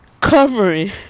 covering